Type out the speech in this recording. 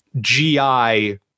gi